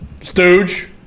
Stooge